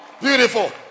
Beautiful